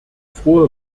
frohe